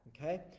okay